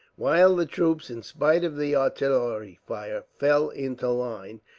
while the troops, in spite of the artillery fire, fell into line,